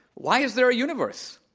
why is there a universe?